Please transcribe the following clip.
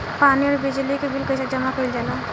पानी और बिजली के बिल कइसे जमा कइल जाला?